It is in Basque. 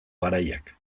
garaiak